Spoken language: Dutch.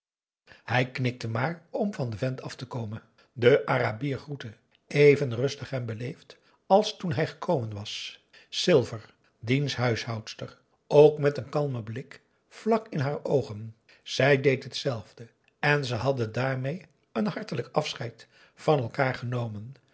hij knikte maar om van den vent af te komen de arabier groette even rustig en beleefd als toen hij gekomen was silver diens huishoudster ook met een kalmen blik vlak in haar oogen zij deed hetzelfde en ze hadden daarmee een hartelijk afscheid van elkaar genomen